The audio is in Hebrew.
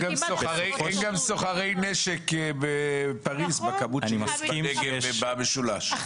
אין גם סוחרי נשק בפריז בכמות שיש בנגב ובמשולש.